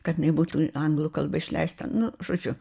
kad jinai būtų anglų kalba išleista nu žodžiu